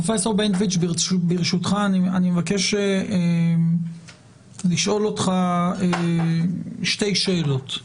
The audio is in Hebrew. ברשותך, אני מבקש לשאול אותך שתי שאלות.